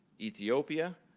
ethiopia,